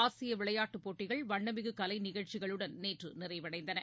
ஆசியவிளையாட்டுப் போட்டிகள் வண்ணமிகுகலைநிகழ்ச்சிகளுடன் நேற்றுநிறைவடைந்தன